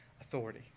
authority